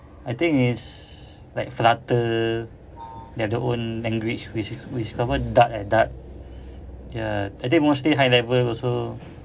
I think it's like flutter dia ada own language which which covered dart eh dart ya I think mostly high level also